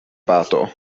bato